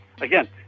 Again